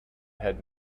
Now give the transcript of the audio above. had